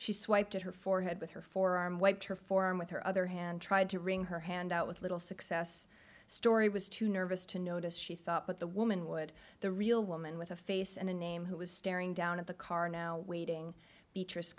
she swiped at her forehead with her forearm wiped her forearm with her other hand tried to wring her hand out with little success story was too nervous to notice she thought but the woman would the real woman with a face and a name who was staring down at the car now waiting beatrice